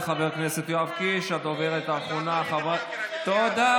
כמו שעשיתם בארבע הפעמים הקודמות.